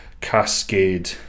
cascade